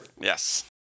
Yes